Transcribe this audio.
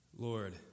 Lord